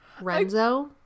Renzo